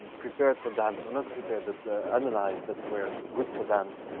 prepared for dams or, not prepared, but analyzed that were good for dams.